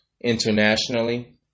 internationally